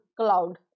cloud